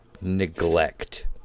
neglect